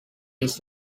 its